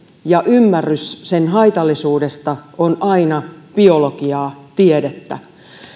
ja ymmärrys sen haitallisuudesta ovat aina biologiaa tiedettä